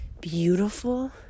beautiful